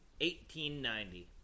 1890